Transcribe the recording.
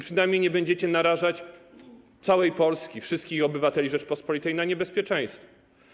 Przynajmniej nie będziecie narażać całej Polski, wszystkich obywateli Rzeczypospolitej na niebezpieczeństwo.